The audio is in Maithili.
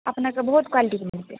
अपनाके बहुत कुआलिटीके मिलते